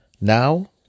Now